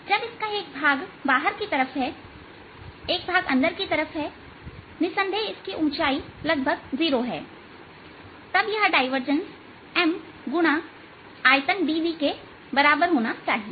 जब इसका एक भाग बाहर की तरफ है एक भाग अंदर की तरफ हैनिसंदेह इसकी ऊंचाई लगभग 0 है और तब यह डायवर्जेंस M गुना आयतन dv के बराबर होना चाहिए